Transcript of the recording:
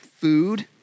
food